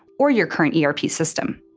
or your current yeah erp system.